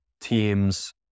team's